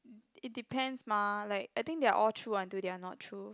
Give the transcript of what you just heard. it depends mah like I think they're all true until they're not true